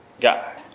guy